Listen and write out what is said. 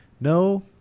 No